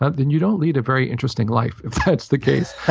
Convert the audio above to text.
ah then you don't lead a very interesting life if that's the case.